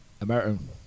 American